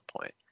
point